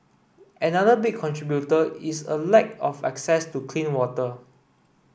another big contributor is a lack of access to clean water